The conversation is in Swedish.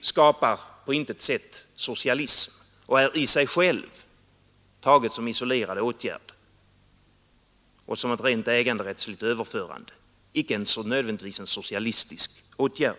skapar på intet sätt socialism och är i sig självt, taget som en isolerad åtgärd och som ett rent äganderättsöverförande, icke nödvändigtvis en socialistisk åtgärd.